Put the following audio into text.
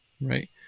right